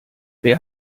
wer